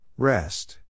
Rest